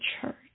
church